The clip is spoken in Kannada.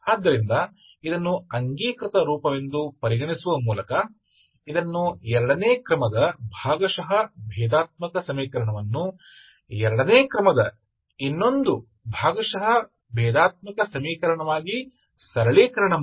ಆದ್ದರಿಂದ ಇದನ್ನು ಅಂಗೀಕೃತ ರೂಪವೆಂದು ಪರಿಗಣಿಸುವ ಮೂಲಕ ಇದನ್ನು ಎರಡನೇ ಕ್ರಮದ ಭಾಗಶಃ ಭೇದಾತ್ಮಕ ಸಮೀಕರಣವನ್ನು ಎರಡನೇ ಕ್ರಮದ ಇನ್ನೊಂದು ಭಾಗಶಃ ವ್ಯತ್ಯಾಸದ ಸಮೀಕರಣವಾಗಿ ಸರಳೀಕರಣ ಮಾಡಿ